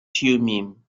thummim